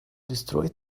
destroy